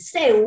Say